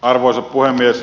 arvoisa puhemies